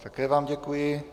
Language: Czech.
Také vám děkuji.